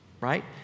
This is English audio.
Right